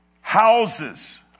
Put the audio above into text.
houses